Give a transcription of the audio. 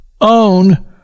own